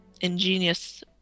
ingenious